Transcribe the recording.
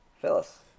Phyllis